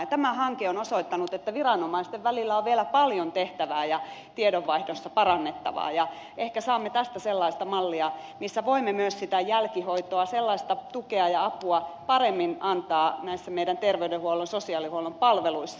tämä hanke on osoittanut että viranomaisten välillä on vielä paljon tehtävää ja tiedonvaihdossa parannettavaa ja ehkä saamme tästä sellaista mallia missä voimme myös sitä jälkihoitoa sellaista tukea ja apua paremmin antaa näissä meidän terveydenhuollon sosiaalihuollon palveluissa